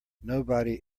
nobody